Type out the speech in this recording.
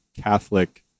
Catholic